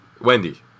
Wendy